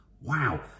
Wow